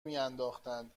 میانداختند